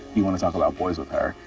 you want to talk about boys with her.